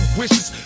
wishes